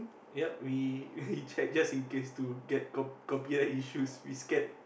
yup we we checked just in case to get cop~ copyright issues we scared